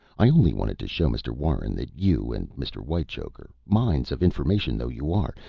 i only wanted to show mr. warren that you and mr. whitechoker, mines of information though you are,